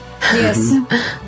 Yes